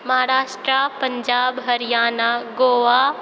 Maharashtra Punjab Haryana Goa